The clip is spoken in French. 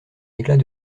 éclat